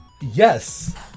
Yes